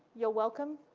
you're welcome.